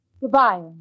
Goodbye